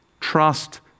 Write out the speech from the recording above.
Trust